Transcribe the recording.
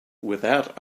without